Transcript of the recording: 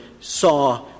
saw